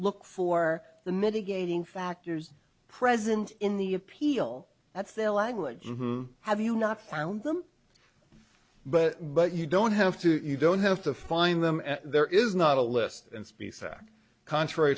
look for the mitigating factors present in the appeal that's their language have you not found them but but you don't have to you don't have to find them and there is not a list and speaks act contrary